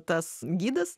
tas gidas